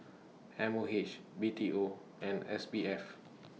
M O H B T O and S B F